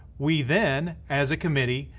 we then, as a committee,